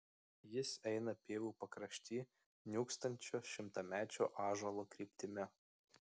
jis eina pievų pakrašty niūksančio šimtamečio ąžuolo kryptimi